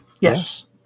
Yes